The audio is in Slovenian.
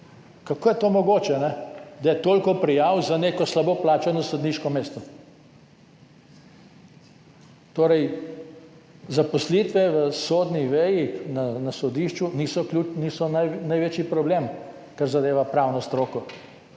Kako je mogoče to, da je toliko prijav za neko slabo plačano sodniško mesto? Torej zaposlitve v sodni veji na sodišču niso največji problem, kar zadeva pravno stroko,